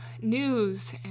news